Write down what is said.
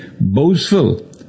boastful